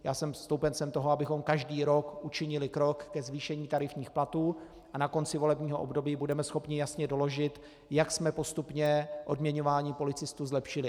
Já jsem stoupencem toho, abychom každý rok učinili krok ke zvýšení tarifních platů, a na konci volebního období budeme schopni jasně doložit, jak jsme postupně odměňování policistů zlepšili.